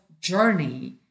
journey